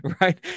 right